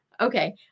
okay